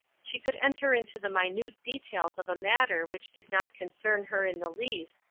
she could enter into the minute details of a matter which did not concern her in the least,